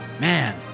Man